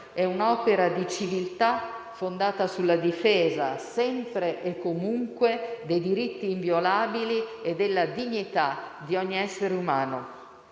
è un opera di civiltà fondata sulla difesa sempre e comunque dei diritti inviolabili e della dignità di ogni essere umano,